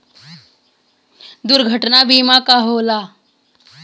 दुर्घटना बीमा का होला?